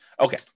Okay